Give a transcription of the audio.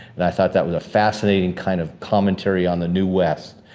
and i thought that was a fascinating kind of commentary on the new west.